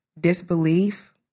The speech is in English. disbelief